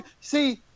see